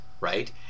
right